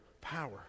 power